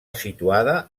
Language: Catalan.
situada